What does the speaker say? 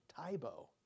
Tybo